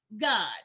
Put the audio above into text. God